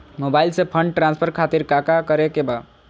Mobile से fund transfer खातिर काका करे के बा?